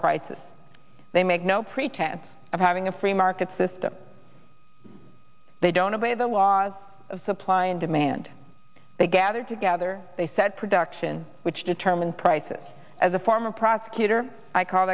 prices they make no pretense of having a free market system they don't obey the laws of supply and demand they gathered together they said production which determine prices as a former prosecutor i call